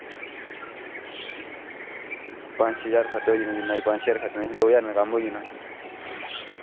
पंज छे ज्हार खर्चा होई जाना जिन्ना पंज छे ज्हार खर्चना दो ज्हार कन्नै कम्म होई जाना